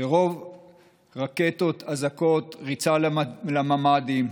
רקטות, אזעקות, ריצה לממ"דים.